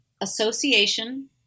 association